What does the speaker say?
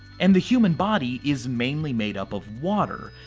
and the human body is mainly made up of water,